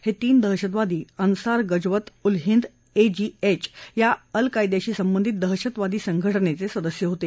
हे तीन दहशतवादी अन्सार गजवत उल हिद एजीएच या अल कायद्याशी संबंधित दहशतवादी संघटनेचे सदस्य होते